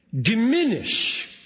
diminish